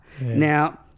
Now